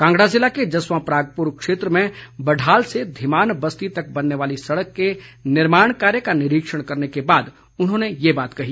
कांगड़ा ज़िला के जसवां परागपुर क्षेत्र में बढाल से धीमान बस्ती तक बनने वाली सड़क के निर्माण कार्य का निरीक्षण करने के बाद उन्होंने ये बात कही